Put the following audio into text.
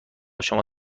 شما